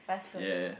ya